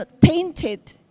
tainted